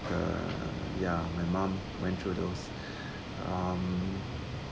uh ya my mom went through those um